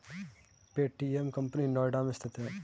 Paytm company Noida में स्थित है